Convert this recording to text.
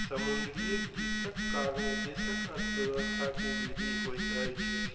समुद्रीय कृषिक कारणेँ देशक अर्थव्यवस्था के वृद्धि होइत अछि